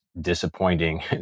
disappointing